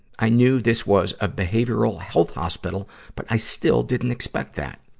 i knew this was a behavioral health hospital, but i still didn't expect that.